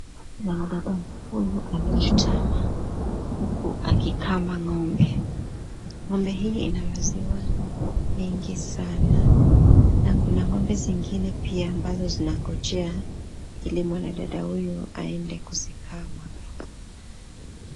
Mwanadada huyu amejutama huku akikama ng'ombe . Ng'ombe hii Ina maziwa mingi sana na Kuna ng'ombe zingine pia ambazo zinangojea Ili mwanadada huyu aende kuzikama.